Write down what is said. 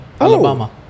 Alabama